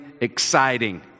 exciting